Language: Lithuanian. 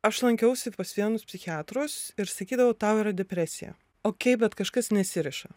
aš lankiausi pas vienus psichiatrus ir sakydavau tau yra depresija okei bet kažkas nesiriša